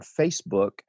Facebook